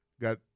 got